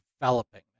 developing